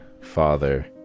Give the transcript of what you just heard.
Father